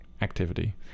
activity